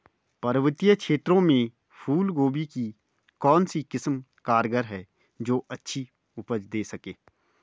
पर्वतीय क्षेत्रों में फूल गोभी की कौन सी किस्म कारगर है जो अच्छी उपज दें सके?